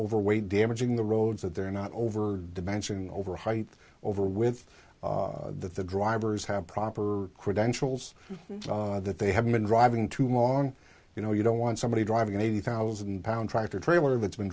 overweight damaging the roads that they're not over dimensioning over height over with that the drivers have proper credentials that they have been driving too long you know you don't want somebody driving an eighty thousand pound tractor trailer of it's been